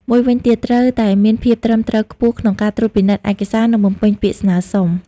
មួយវិញទៀត ត្រូវតែមានភាពត្រឹមត្រូវខ្ពស់ក្នុងការត្រួតពិនិត្យឯកសារ និងបំពេញពាក្យស្នើសុំ។